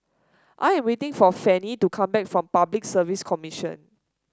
I am waiting for Fannye to come back from Public Service Commission